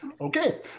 okay